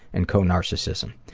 and co-narcissism.